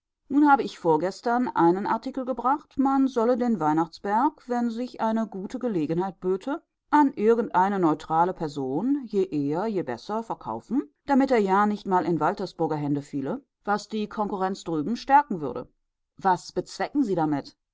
nun habe ich vorgestern einen artikel gebracht man solle den weihnachtsberg wenn sich eine gute gelegenheit böte an irgendeine neutrale person je eher je besser verkaufen damit er ja nicht mal in waltersburger hände fiele was die konkurrenz drüben stärken würde was bezwecken sie damit